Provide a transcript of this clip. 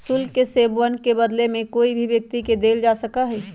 शुल्क के सेववन के बदले में कोई भी व्यक्ति के देल जा सका हई